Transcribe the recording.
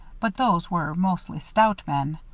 but those were mostly stout men.